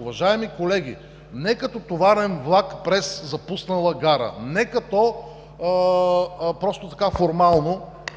Уважаеми колеги, не като товарен влак през запусната гара, не просто формално,